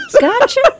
Gotcha